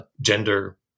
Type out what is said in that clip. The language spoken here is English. gender